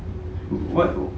why would